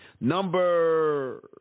Number